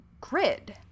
grid